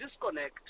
disconnect